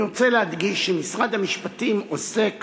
אני רוצה להדגיש שמשרד המשפטים עוסק